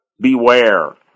Beware